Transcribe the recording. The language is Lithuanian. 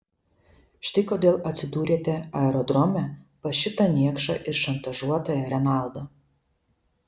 štai kodėl atsidūrėte aerodrome pas šitą niekšą ir šantažuotoją renaldą